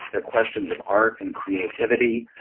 they're questions of art and creativity.